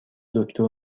دکتر